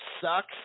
sucks